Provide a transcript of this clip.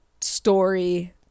story